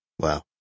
Wow